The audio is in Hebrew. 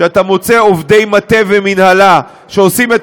שאתה מוצא עובדי מטה ומינהלה שעושים את